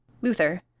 Luther